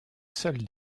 seul